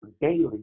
daily